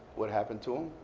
what happened to